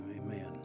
amen